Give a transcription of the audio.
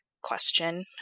question